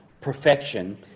perfection